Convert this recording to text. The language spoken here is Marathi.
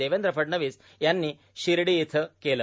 देवेंद्र फडणवीस यांनी शिर्डी इथं केले